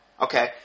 Okay